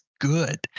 good